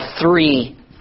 three